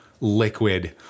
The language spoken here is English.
liquid